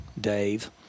Dave